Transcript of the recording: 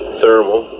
thermal